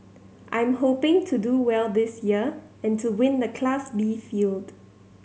I'm hoping to do well this year and to win the Class B field